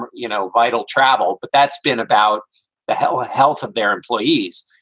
you know, vital travel but that's been about the health health of their employees,